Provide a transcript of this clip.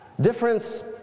difference